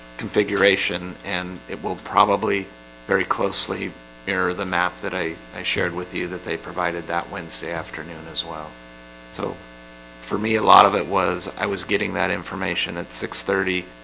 configuration and it will probably very closely mirror the map that i i shared with you that they provided that wednesday afternoon as well so for me a lot of it was i was getting that information at six thirty,